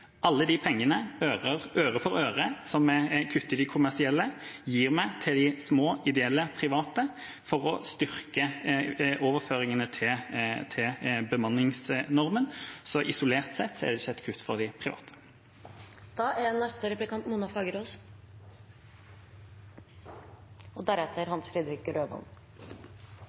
Alle de pengene, øre for øre, som vi kutter i de kommersielle, gir vi til de små ideelle private for å styrke overføringene til bemanningsnormen. Så isolert sett er det ikke et kutt for de private.